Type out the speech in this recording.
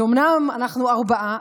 שאומנם אנחנו ארבעה,